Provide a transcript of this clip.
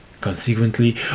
Consequently